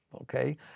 okay